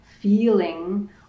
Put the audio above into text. feeling